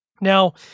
Now